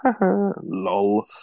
Lol